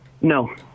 No